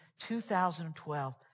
2012